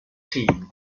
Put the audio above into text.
team